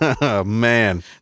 man